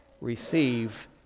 receive